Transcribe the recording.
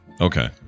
okay